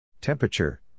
Temperature